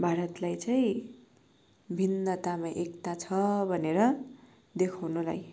भारतलाई चाहिँ भिन्नतामा एकता छ भनेर देखाउनलाई